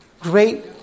great